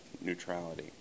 neutrality